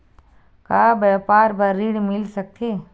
का व्यापार बर ऋण मिल सकथे?